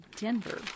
Denver